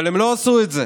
אבל הם לא עשו את זה.